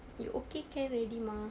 you okay can already mah